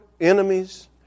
enemies